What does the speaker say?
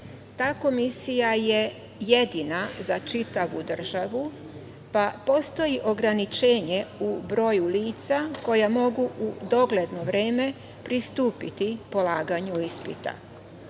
Ta komisija je jedina za čitavu državu, pa postoji ograničenje u broju lica koja mogu u dogledno vreme pristupiti polaganju